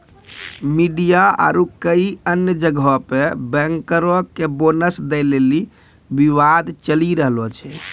media आरु कई अन्य जगहो पे बैंकरो के बोनस दै लेली विवाद चलि रहलो छै